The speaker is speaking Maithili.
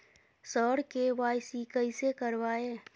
सर के.वाई.सी कैसे करवाएं